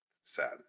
Sad